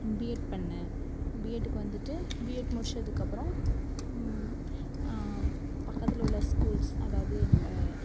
BEd பண்ணேன் பிஎட்டுக்கு வந்துட்டு பிஎட் முடிச்சதுக்கு அப்புறம் பக்கத்தில் உள்ள ஸ்கூல்ஸ் அதாவது என்னோடய